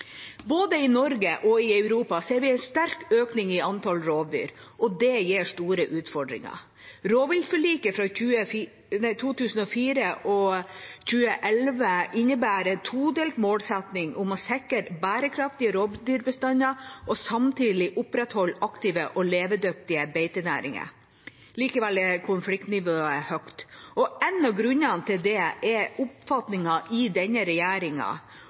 Både i Norge og i Europa ser vi en sterk økning i antall rovdyr, og det gir store utfordringer. Rovviltforlikene fra 2004 og 2011 innebærer en todelt målsetting om å sikre bærekraftige rovdyrbestander og samtidig opprettholde aktive og levedyktige beitenæringer. Likevel er konfliktnivået høyt. En av grunnene til det er oppfatningen i denne regjeringa